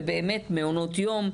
ובאמת מעונות יום.